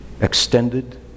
extended